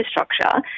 infrastructure